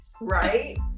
Right